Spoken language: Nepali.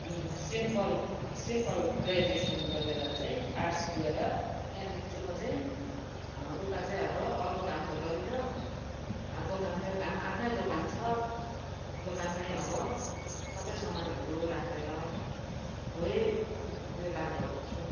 सिम्पल सिम्पल ग्रेजुएसन गरेर चाहिँ आर्ट्स लिएर त्यहाँदेखि चाहिँ म चाहिँ उता चाहिँ अब अरू काम त गरिनँ दोकानकै काम आफ्नै दोकान छ दोकानमै अब सबै सामानहरू राखेर हो यही ब्यापार गर्छु